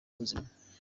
ubuzima